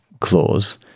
clause